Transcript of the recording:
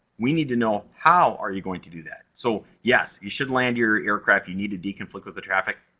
we need to know how are you going to do that? so yes, you should land your aircraft. you need to di-conflict with the traffic,